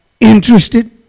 Interested